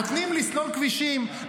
נותנים לסלול כבישים,